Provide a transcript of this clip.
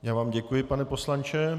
Já vám děkuji, pane poslanče.